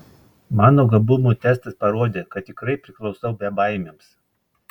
mano gabumų testas parodė kad tikrai priklausau bebaimiams